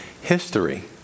history